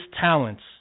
talents